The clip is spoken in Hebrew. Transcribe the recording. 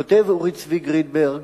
כותב אורי צבי גרינברג,